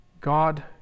God